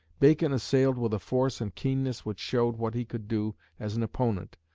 bacon assailed with a force and keenness which showed what he could do as an opponent,